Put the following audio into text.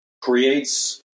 creates